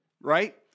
right